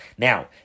Now